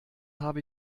habe